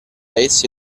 essi